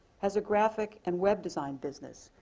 has a graphic and web design business.